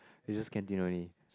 is just canteen only